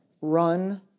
Run